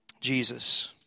Jesus